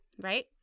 right